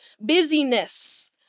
busyness